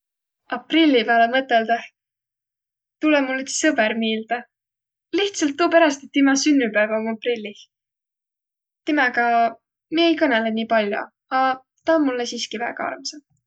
Aprilli pääle mõtõldõh tulõ mul üts sõbõr miilde, lihtsält tuuperäst, et timä sünnüpäiv om aprillih. Timäga mi ei kõnõlõq nii pall'o, a tä om mullõ siski väega armsa.